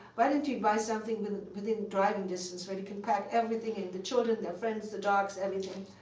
why don't you buy something within within driving distance, where we can pack everything and the children, their friends, the dogs, everything.